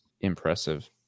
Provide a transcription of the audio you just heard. impressive